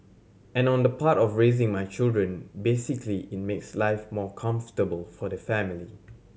and on the part of raising my children basically it makes life more comfortable for the family